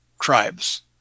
tribes